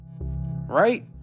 right